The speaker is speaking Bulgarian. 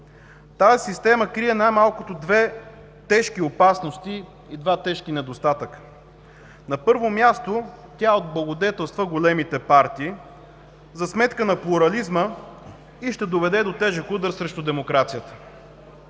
Тази система крие най-малко две тежко опасности и два тежки недостатъка. На първо място, тя облагодетелства големите партии за сметка на плурализма и ще доведе до тежък удар срещу демокрацията.